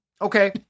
Okay